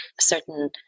certain